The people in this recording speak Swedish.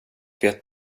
vet